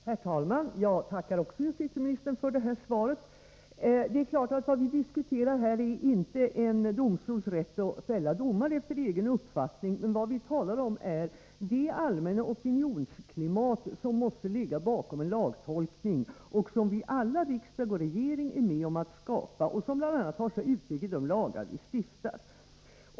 Herr talman! Jag tackar också justitieministern för svaret. Vad vi här diskuterar är inte en domstols rätt att fälla domar efter egen uppfattning. Vad vi talar om är det allmänna opinionsklimat som måste ligga bakom en lagtolkning och som vi alla, riksdag och regering, är med om att skapa och som bl.a. tar sig uttryck i de lagar vi stiftar.